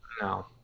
No